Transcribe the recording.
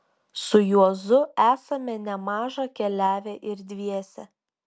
su juozu esame nemaža keliavę ir dviese